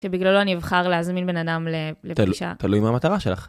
שבגללו אני אבחר ל... להזמין בן אדם לפגישה... -תלוי, תלוי מה מטרה שלך.